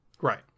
Right